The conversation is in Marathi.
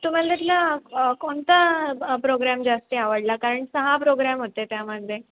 तुम्हाला त्यातला कोणता प्रोग्रॅम जास्त आवडला कारण सहा प्रोग्रॅम होते त्यामध्ये